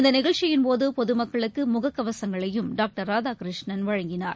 இந்த நிகழ்ச்சியின்போது பொதுமக்களுக்கு முகக்கவசங்களையும் டாக்டர் ராதாகிருஷ்ணன் வழங்கினார்